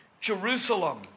Jerusalem